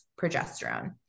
progesterone